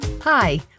Hi